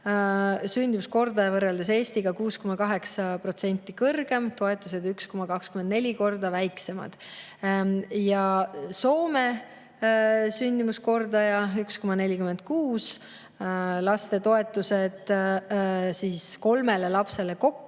sündimuskordaja võrreldes Eestiga 6,8% kõrgem, toetused 1,24 korda väiksemad. Ja Soome: sündimuskordaja 1,46, lastetoetused kolmele lapsele kokku